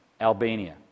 Albania